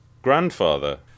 Grandfather